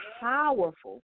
powerful